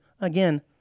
again